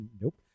Nope